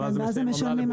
כן, ואז יש להם עמלה.